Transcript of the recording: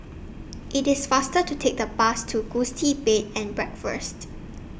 IT IS faster to Take The Bus to Gusti Bed and Breakfast